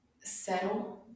settle